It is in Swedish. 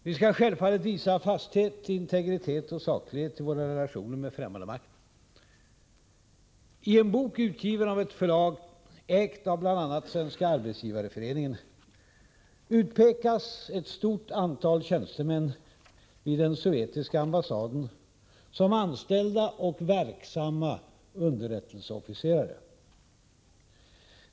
Vi skall självfallet visa fasthet, integritet och saklighet i våra relationer med främmande makt. I en bok utgiven av ett förlag ägt av bl.a. Svenska arbetsgivareföreningen utpekas ett stort antal tjänstemän vid den sovjetiska ambassaden som anställda och verksamma underrättelseofficerare.